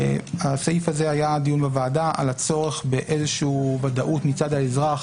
על הסעיף הזה היה דיון בוועדה על הצורך באיזה שהיא ודאות מצד האזרח